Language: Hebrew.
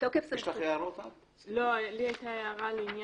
הדובר, ערוץ הכנסת.